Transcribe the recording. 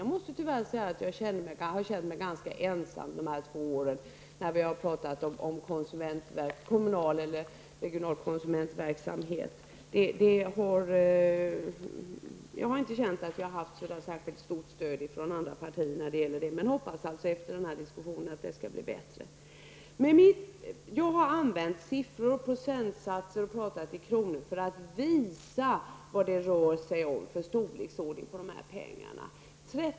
Jag måste tyvärr säga att jag har känt mig ganska ensam de här två åren, när vi har pratat om kommunal eller regional konsumentverksamhet. Jag har inte känt att jag har haft särskilt stort stöd från andra partier. Men jag hoppas att det efter den här diskussionen skall bli bättre. Jag har använt siffror och procentsatser och pratat i kronor för att visa vilken storleksordning det rör sig om i pengar.